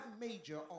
major